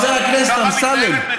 ככה מתנהלת מדינה?